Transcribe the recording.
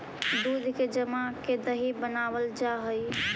दूध के जमा के दही बनाबल जा हई